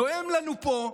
נואם לנו פה,